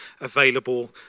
available